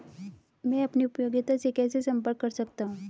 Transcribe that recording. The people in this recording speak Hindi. मैं अपनी उपयोगिता से कैसे संपर्क कर सकता हूँ?